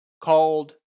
called